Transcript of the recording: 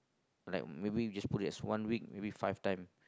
like maybe we just put it as one week maybe five time